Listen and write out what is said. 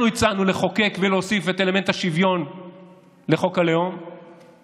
אנחנו הצענו לחוקק ולהוסיף את אלמנט השוויון לחוק הלאום;